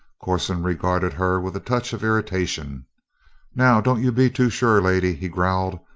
corson regarded her with a touch of irritation now, don't you be too sure, lady, he growled.